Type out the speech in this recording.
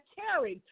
carry